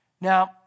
Now